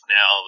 Now